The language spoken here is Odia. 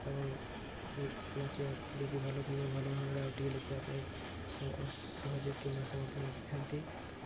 ଏବଂ ନିଚେ ଯଦି ଭଲ ଥିବ ଭଲ ଭାବରେ ଆଉ ଟିକେ ଲେଖିବା ପାଇଁ ସହଯୋଗ କିମ୍ବା ସମର୍ଥନ ଦେଇଥାନ୍ତି